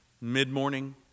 mid-morning